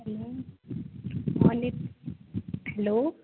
hello